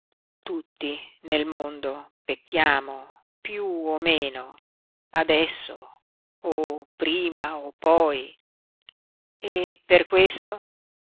tutti nel mondo pecchiamo piú o meno adesso o prima o poi e per questo